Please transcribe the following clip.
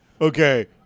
Okay